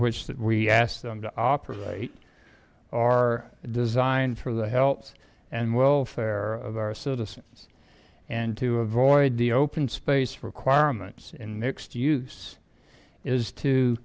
which that we asked them to operate are designed for the health and welfare of our citizens and to avoid the open space requirements in mixed use is to